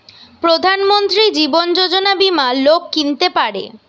প্রধান মন্ত্রী জীবন যোজনা বীমা লোক কিনতে পারে